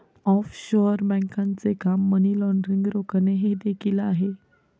offshore बँकांचे काम money laundering रोखणे हे देखील आहे